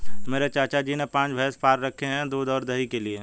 मेरे चाचा जी ने पांच भैंसे पाल रखे हैं दूध और दही के लिए